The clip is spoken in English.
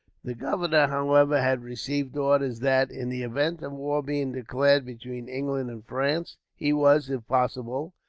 the governor, however, had received orders that, in the event of war being declared between england and france, he was, if possible,